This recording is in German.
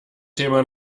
thema